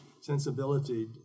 sensibility